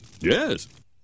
yes